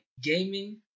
gaming